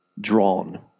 drawn